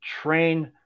train